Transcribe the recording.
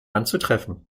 anzutreffen